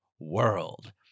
world